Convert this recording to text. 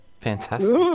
fantastic